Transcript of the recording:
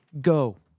go